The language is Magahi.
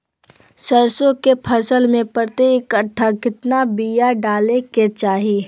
सरसों के फसल में प्रति कट्ठा कितना बिया डाले के चाही?